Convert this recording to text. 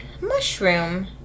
mushroom